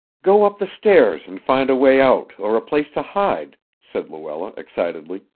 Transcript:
go up the stairs, and find a way out or a place to hide, said luella excitedly.